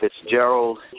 Fitzgerald